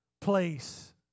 place